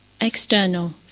external